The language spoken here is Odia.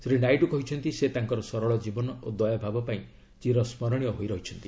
ଶ୍ରୀ ନାଇଡୁ କହିଛନ୍ତି ସେ ତାଙ୍କର ସରଳ ଜୀବନ ଓ ଦୟାଭାବ ପାଇଁ ଚିରସ୍କରଣୀୟ ହୋଇ ରହିଛନ୍ତି